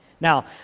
Now